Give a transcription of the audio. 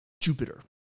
Jupiter